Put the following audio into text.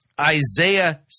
Isaiah